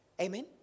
Amen